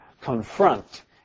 confront